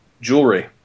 jewelry